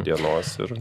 dienos ir